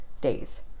days